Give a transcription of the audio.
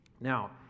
Now